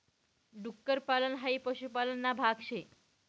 डुक्कर पालन हाई पशुपालन ना भाग शे